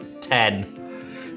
Ten